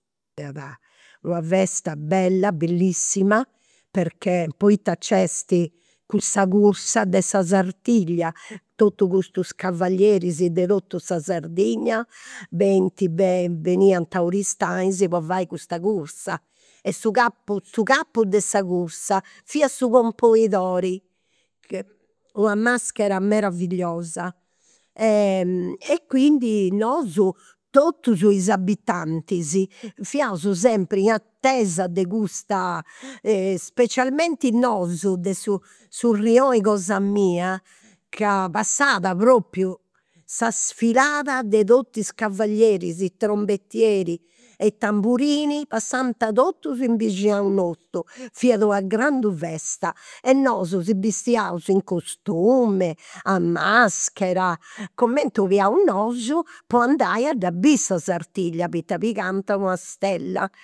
Una festa bella, bellissima, perchè, poita nc'est custa cursa de sa sartiglia. Totus custus cavallieris de totu sa sardigna benint beniant a Aristanis po fai custa cursa. E su capu, su capu de sa cursa fiat su componidori, una maschera meravilliosa. E quindi nosu, totus is abitantis fiaus sempri in atesa de custa, specialmenti nosu de su de su rioni cosa mia ca passat propriu sa sfilada de totus is cavallieris e trombettieri e tamburini passant totus in nostru. Fiat una grandu festa e nosu si bistiaus in costume, a maschera, cumenti 'oliaus nosu po andai a dda biri sa sartiglia, poita pigant una stella